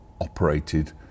operated